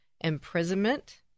imprisonment